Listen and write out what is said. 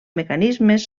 mecanismes